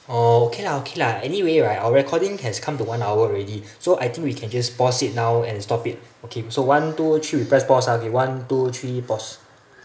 oh okay lah okay lah anyway right our recording has come to one hour already so I think we can just pause it now and stop it okay so one two three we press pause ah okay one two three pause